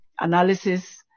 analysis